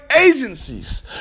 agencies